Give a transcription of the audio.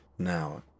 Now